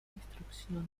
instrucción